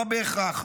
לא בהכרח.